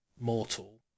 mortal